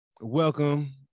Welcome